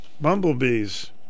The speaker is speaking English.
bumblebees